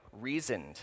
reasoned